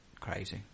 crazy